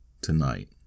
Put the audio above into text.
tonight